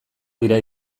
dira